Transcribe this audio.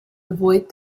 avoid